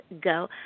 go